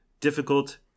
difficult